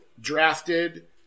drafted